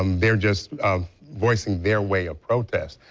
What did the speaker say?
um they are just voicing their way of protest.